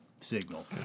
signal